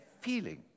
feeling